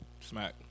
Smack